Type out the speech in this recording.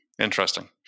interesting